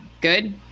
Good